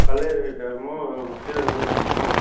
கல்லணை டேமும் ஸ்ரீரங்கமும் போகணும்